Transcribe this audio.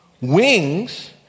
Wings